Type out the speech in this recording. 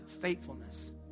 faithfulness